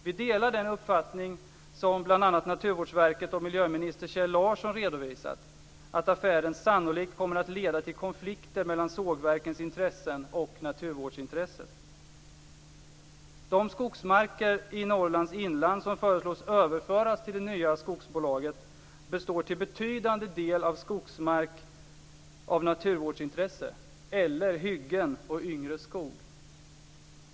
Vi delar den uppfattning som bl.a. Naturvårdsverket och miljöminister Kjell Larsson redovisat, att affären sannolikt kommer att leda till konflikter mellan sågverkens intressen och naturvårdsintresset. De skogsmarker i Norrlands inland som föreslås överföras till det nya skogsbolaget består till betydande del av skogsmark av naturvårdsintresse eller hyggen och yngre skog.